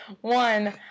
one